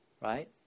Right